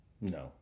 No